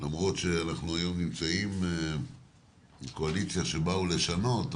למרות שהיום אנחנו נמצאים בקואליציה שבאו לשנות,